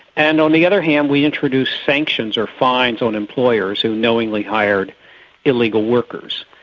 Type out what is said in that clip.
and on the other hand, we introduced sanctions or fines on employers who knowingly hired illegal workers.